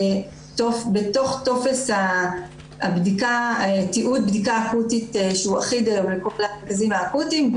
בתוך טופס הבדיקה תיעוד בדיקה אקוטית שהוא אחיד לכל המרכזים האקוטיים,